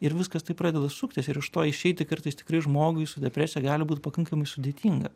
ir viskas taip pradeda suktis ir iš to išeiti kartais tikrai žmogui su depresija gali būt pakankamai sudėtinga